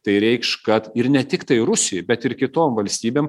tai reikš kad ir ne tiktai rusijai bet ir kitom valstybėm